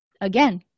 Again